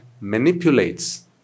manipulates